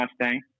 Mustang